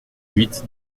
huit